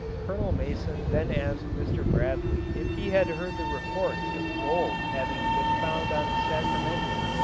colonel mason then asked mr. bradley if he had heard the reports of gold having been found on the sacramento,